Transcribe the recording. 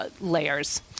Layers